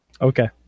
Okay